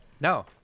No